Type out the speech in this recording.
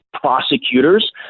prosecutors